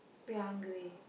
you're hungry